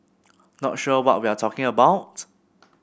not sure what we're talking about